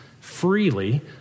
freely